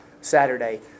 Saturday